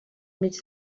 mig